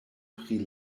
pri